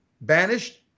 banished